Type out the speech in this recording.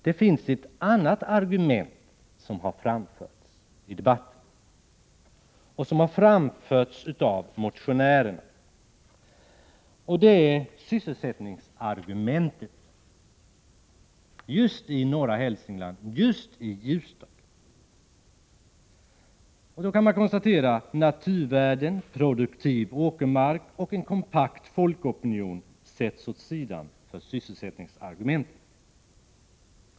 Men, herr talman, motionärerna har framfört ett argument i debatten för utbyggnad. Det är sysselsättningsargumentet just när det gäller norra Hälsingland och Ljusdal. Då kan man konstatera att naturvärden, produktiv åkermark och en kompakt folkopinion sätts åt sidan för sysselsättningsargumentet.